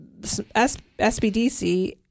SBDC